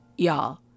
Y'all